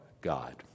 God